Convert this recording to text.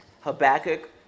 Habakkuk